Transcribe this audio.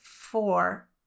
four